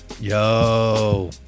yo